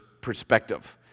perspective